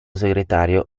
segretario